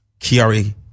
Kiari